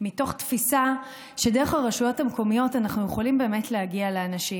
מתוך תפיסה שדרך הרשויות המקומיות אנחנו יכולים להגיע לאנשים.